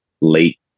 late